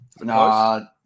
No